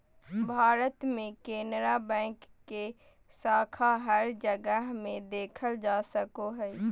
भारत मे केनरा बैंक के शाखा हर जगह मे देखल जा सको हय